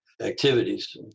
activities